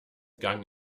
gang